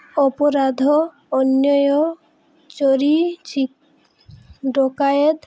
ଅପରାଧ ଅନ୍ୟାୟ ଚୋରି ଡକାୟତ